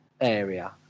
area